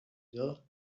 dough